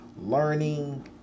Learning